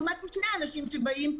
לעומת שני אנשים שבאים,